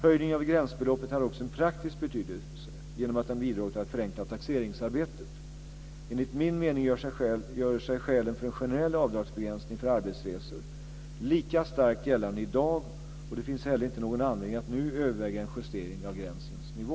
Höjningen av gränsbeloppet hade också en praktisk betydelse genom att den bidrog till att förenkla taxeringsarbetet. Enligt min mening gör sig skälen för en generell avdragsbegränsning för arbetsresor lika starkt gällande i dag, och det finns inte heller någon anledning att nu överväga en justering av gränsens nivå.